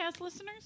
listeners